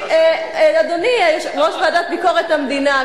אדוני יושב-ראש הוועדה לביקורת המדינה,